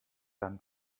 dann